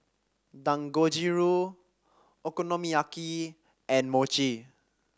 Dangojiru Okonomiyaki and Mochi